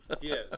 yes